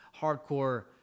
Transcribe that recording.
hardcore